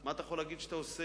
מה אתה יכול להגיד שאתה עושה?